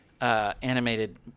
animated